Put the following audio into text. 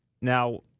Now